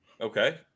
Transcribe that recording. Okay